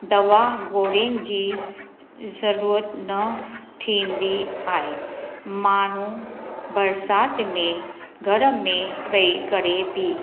दवा गोरीयुनि जी ज़रूरत न थींदी आहे माण्हू बरिसात में घर में वही करे बि